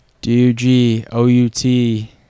D-U-G-O-U-T